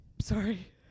sorry